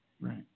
Right